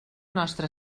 nostra